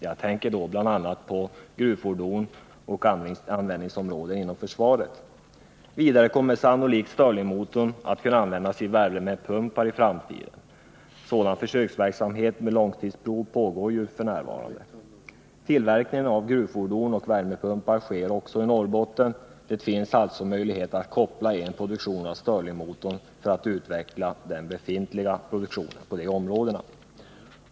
Jag tänker då bl.a. på gruvfordon och användningsområden inom försvaret. Vidare kommer sannolikt stirlingmotorn att i framtiden kunna användas i värmepumpar. Försöksverksamhet med långtidsprov pågår ju f. n. Tillverkning av gruvfordon och värmepumpar sker också i Norrbotten. Det finns alltså möjlighet att koppla ihop en produktion av stirlingmotorn med en utveckling av den befintliga produktionen på dessa områden.